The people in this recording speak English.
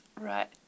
Right